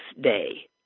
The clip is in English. day